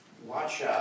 Watch